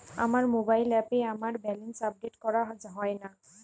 আমার মোবাইল অ্যাপে আমার ব্যালেন্স আপডেট করা হয় না